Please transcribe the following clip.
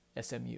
SMU